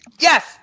Yes